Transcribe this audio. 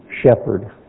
shepherd